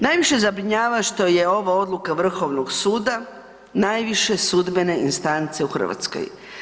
Najviše zabrinjava što je ovo odluka Vrhovnog suda, najviše sudbene instance u Hrvatskoj.